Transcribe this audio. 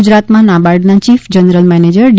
ગુજરાતમાં નાબાર્ડના chief general manager D